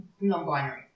non-binary